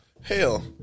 Hell